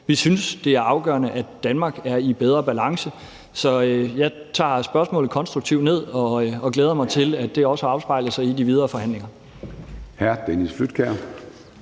vi synes, det er afgørende, at Danmark er i bedre balance. Så jeg tager spørgsmålet konstruktivt ned, og jeg glæder mig også til, at det afspejler sig i de videre forhandlinger.